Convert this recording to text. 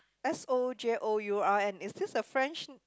S O J O U R N is this a French